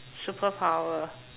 superpower